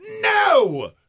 no